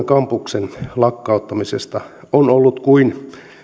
kampuksen lakkauttamisesta on ollut kuin